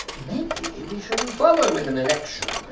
maybe we shouldn't bother with an election?